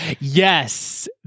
Yes